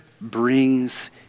brings